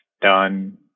done